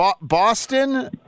Boston